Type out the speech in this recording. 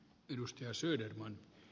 arvoisa puhemies